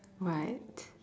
what